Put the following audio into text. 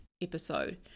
episode